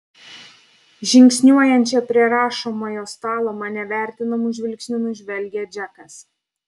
žingsniuojančią prie rašomojo stalo mane vertinamu žvilgsniu nužvelgia džekas